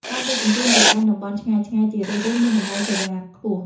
ការដឹកជញ្ជូនទៅកាន់តំបន់ឆ្ងាយៗ ជារឿយៗមានតម្លៃសេវាខ្ពស់។